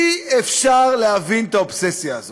אי-אפשר להבין את האובססיה הזאת,